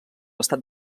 estat